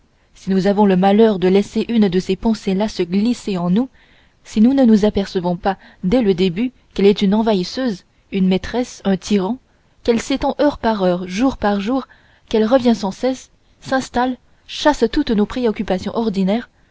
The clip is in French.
si nous avons le malheur de laisser une de ces pensées là se glisser en nous si nous ne nous apercevons pas dès le début qu'elle est une envahisseuse une maîtresse un tyran qu'elle s'étend heure par heure jour par jour qu'elle revient sans cesse s'installe chasse toutes nos préoccupations ordinaires